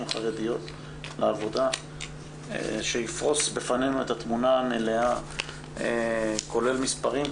חרדיות לעבודה שיפרוש בפנינו את התמונה המלאה כולל מספרים,